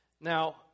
Now